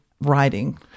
writing